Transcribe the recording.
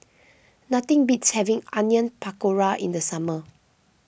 nothing beats having Onion Pakora in the summer